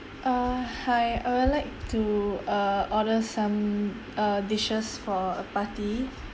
uh hi I would like to err order some uh dishes for a party